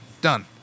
Done